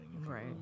Right